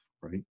right